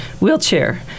wheelchair